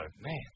man